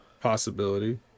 possibility